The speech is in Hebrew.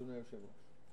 אדוני היושב-ראש,